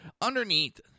Underneath